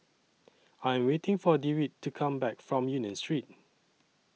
I Am waiting For Dewitt to Come Back from Union Street